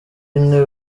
intebe